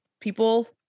people